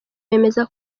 bemeza